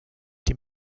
die